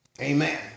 Amen